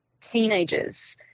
teenagers